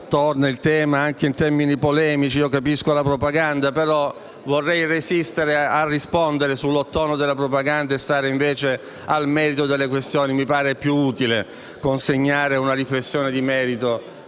tema è tornato in termini polemici. Io capisco la propaganda, però vorrei resistere a rispondere sul tono della propaganda e restare invece al merito delle questioni. Mi sembra più utile consegnare una riflessione di merito